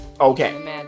Okay